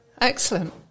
excellent